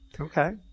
Okay